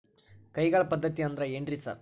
ಕೈಗಾಳ್ ಪದ್ಧತಿ ಅಂದ್ರ್ ಏನ್ರಿ ಸರ್?